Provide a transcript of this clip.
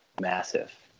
Massive